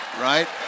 Right